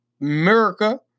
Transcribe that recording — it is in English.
America